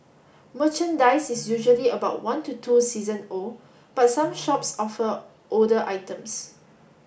merchandise is usually about one to two season old but some shops offer older items